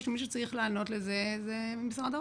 שמי שצריך לענות לזה זה משרד האוצר.